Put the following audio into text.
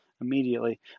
immediately